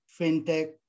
fintech